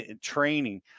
training